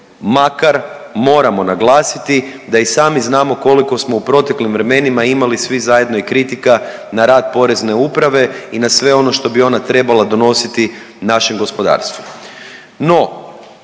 Makar moramo naglasiti da i sami znamo koliko smo u proteklim vremenima imali svi zajedno i kritika na rad Porezne uprave i na sve ono što bi ona trebala donositi našem gospodarstvu.